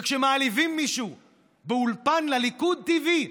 וכשמעליבים מישהו באולפן "הליכוד T.V"